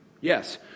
Yes